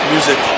Music